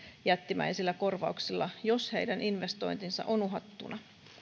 jättimäisillä korvauksilla jos heidän investointinsa on uhattuna